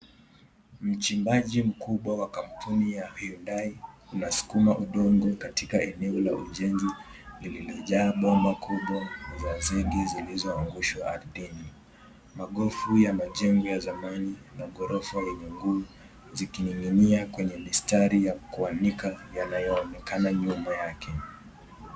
Mcimbaji mkubwa wa kampuni ya Hyundai unaskuma udongo katika eneo la ujenzi lilojaa bomba kubwa za zege zilizoangushwa ardhini. Magofu ya majengo ya zamani, maghorofa yenye nguo zikining'inia kwenye mistari ya kuanika yanayoonekana nyuma yake.